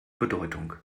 bedeutung